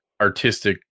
artistic